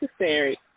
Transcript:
necessary